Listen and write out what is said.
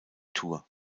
tour